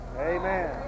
Amen